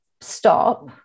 stop